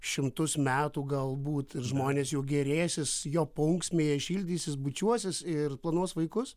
šimtus metų galbūt ir žmonės juo gėrėsis jo paunksmėje šildysis bučiuosis ir planuos vaikus